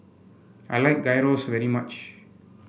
I like Gyros very much